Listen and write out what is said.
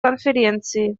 конференции